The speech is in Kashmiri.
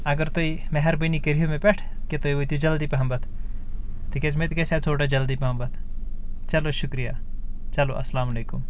اگر تُہۍ مہربٲنی کٔرِہو مےٚ پٮ۪ٹھ کہِ تُہۍ وٲتِو جلدٕی پہمت تِکیٛازِ مےٚ تہِ گژھِہ ہا تھوڑا جلدٕی پہمت چلو شُکریا چلو اسلام علیکم